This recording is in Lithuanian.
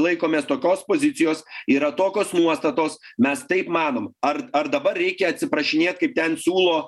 laikomės tokios pozicijos yra tokios nuostatos mes taip manom ar ar dabar reikia atsiprašinėt kaip ten siūlo